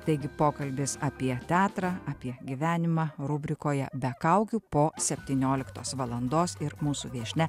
taigi pokalbis apie teatrą apie gyvenimą rubrikoje be kaukių po septynioliktos valandos ir mūsų viešnia